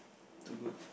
two goats